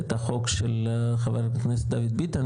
את החוק של חבר הכנסת דוד ביטן,